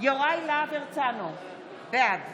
יוראי להב הרצנו, בעד